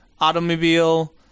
automobile